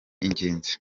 ingenzi